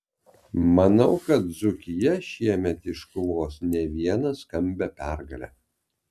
manau kad dzūkija šiemet iškovos ne vieną skambią pergalę